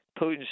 Putin